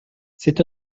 c’est